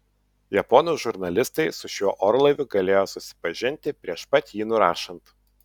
japonų žurnalistai su šiuo orlaiviu galėjo susipažinti prieš pat jį nurašant